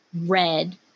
red